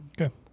Okay